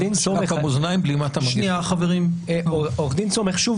עו"ד סומך,